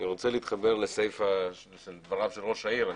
אני רוצה להתחבר לסיפה של דבריו של ראש העיר.